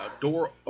door